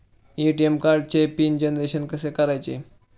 ATM कार्डचे PIN generation कसे करायचे?